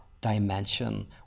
dimension